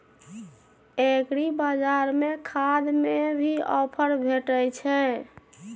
एग्रीबाजार में खाद में भी ऑफर भेटय छैय?